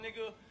nigga